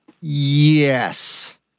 Yes